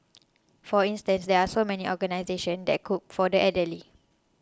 for instance there are so many organisations that cook for the elderly